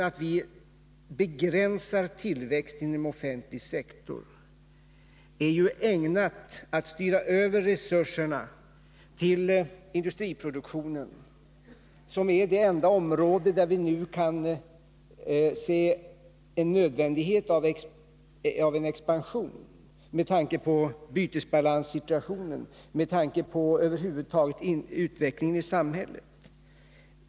Att vi begränsar tillväxten inom offentlig sektor är ju ägnat att styra över resurserna till industriproduktionen, som är det enda område där vi nu kan se nödvändighet av en expansion — med tanke på bytesbalanssituationen och utvecklingen över huvud i samhället.